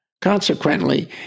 Consequently